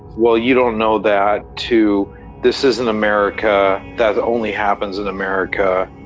well you don't know that, to this isn't america, that only happens in america.